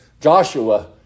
Joshua